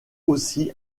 aussi